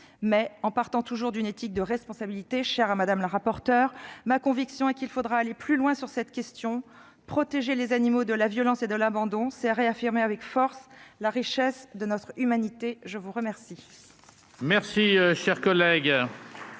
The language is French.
Mais, en partant toujours d'une éthique de responsabilité, chère à Mme la rapporteure, ma conviction est qu'il faudra aller plus loin sur cette question. Protéger les animaux de la violence et de l'abandon, c'est réaffirmer avec force la richesse de notre humanité. La discussion